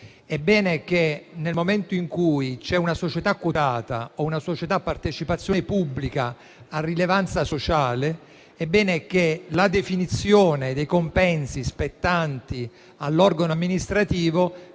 È bene che, nel momento in cui c'è una società quotata o una società a partecipazione pubblica a rilevanza sociale, la definizione dei compensi spettanti all'organo amministrativo